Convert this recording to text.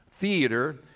theater